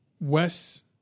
Wes